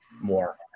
more